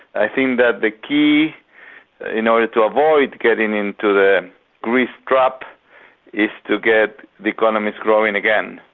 i think that the key in order to avoid getting into the greece trap is to get the economies growing again.